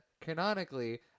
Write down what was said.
canonically